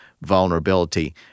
vulnerability